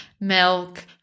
milk